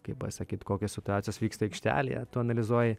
kaip pasakyt kokios situacijos vyksta aikštelėje tu analizuoji